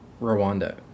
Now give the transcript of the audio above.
Rwanda